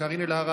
קארין אלהרר,